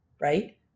right